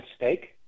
mistake